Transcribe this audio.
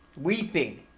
weeping